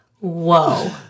Whoa